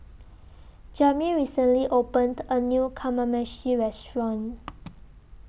Jami recently opened A New Kamameshi Restaurant